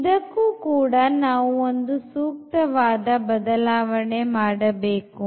ಇದಕ್ಕೂ ಕೂಡ ನಾವು ಒಂದು ಸೂಕ್ತವಾದ ಬದಲಾವಣೆ ಮಾಡಬೇಕು